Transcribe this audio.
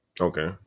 Okay